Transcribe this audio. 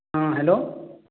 ହଁ ହ୍ୟାଲୋ